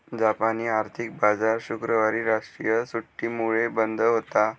जापानी आर्थिक बाजार शुक्रवारी राष्ट्रीय सुट्टीमुळे बंद होता